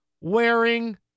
wearing